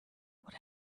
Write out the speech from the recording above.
what